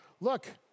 look